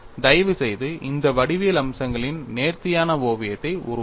தயவுசெய்து இந்த வடிவியல் அம்சங்களின் நேர்த்தியான ஓவியத்தை உருவாக்கவும்